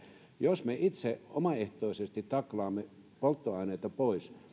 jos me itse omaehtoisesti taklaamme polttoaineita pois